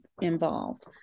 involved